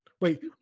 Wait